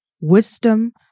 wisdom